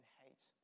hate